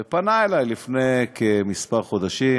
הוא פנה אלי לפני כמה חודשים